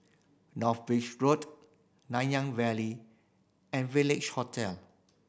North Bridge Road Nanyang Valley and Village Hotel